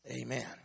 Amen